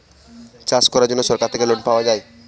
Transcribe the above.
চাষ করার জন্য সরকার থেকে লোন পাওয়া যায়